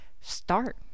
start